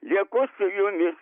lieku su jumis